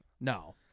No